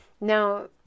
now